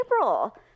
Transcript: April